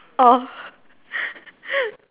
oh